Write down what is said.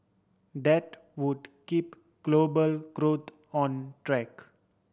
that would keep global growth on track